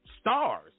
stars